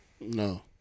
No